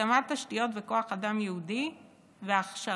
התאמת תשתית וכוח אדם ייעודי והכשרתו.